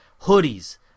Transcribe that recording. hoodies